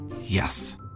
Yes